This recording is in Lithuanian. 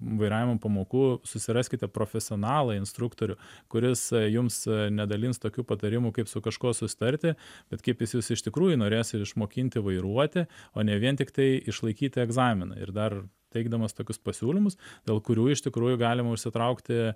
vairavimo pamokų susiraskite profesionalą instruktorių kuris jums nedalins tokių patarimų kaip su kažkuo susitarti bet kaip jis jus iš tikrųjų norės ir išmokinti vairuoti o ne vien tiktai išlaikyti egzaminą ir dar teikdamas tokius pasiūlymus dėl kurių iš tikrųjų galima užsitraukti